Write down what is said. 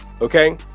okay